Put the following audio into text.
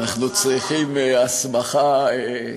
שאנחנו צריכים הסמכה.